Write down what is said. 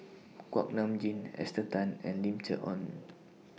Kuak Nam Jin Esther Tan and Lim Chee Onn